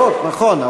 נכון,